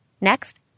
Next